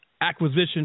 acquisition